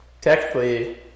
technically